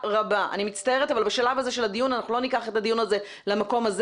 אני מצטערת אבל בשלב הזה של הדיון אנחנו לא ניקח את הדיון למקום הזה,